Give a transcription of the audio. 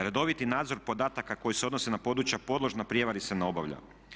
Redoviti nadzor podataka koji se odnose na područja podložna prijevari se ne obavlja.